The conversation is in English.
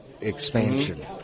expansion